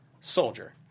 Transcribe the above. soldier